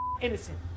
Innocent